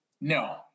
No